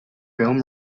film